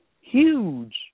huge